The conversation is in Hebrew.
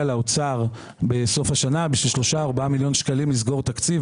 לאוצר בסוף השנה בשביל שלושה-ארבעה מיליון שקלים לסגור תקציב.